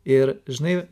ir žinai